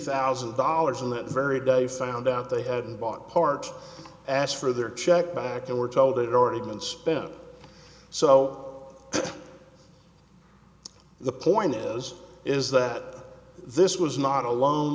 thousand dollars and that very day found out they hadn't bought part asked for their check back they were told it already been spent so the point is that this was not alone